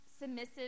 submissive